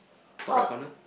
top right corner